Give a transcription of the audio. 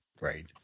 Right